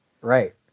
right